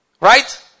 Right